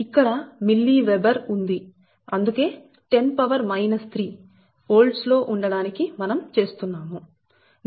ఇక్కడ milli weber ఉంది అందుకే 10 3 ఓల్ట్స్ లో ఉండడానికి మనం చేస్తున్నాము